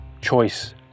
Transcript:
Choice